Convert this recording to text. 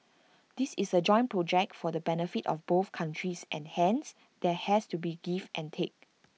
this is A joint project for the benefit of both countries and hence there has to be give and take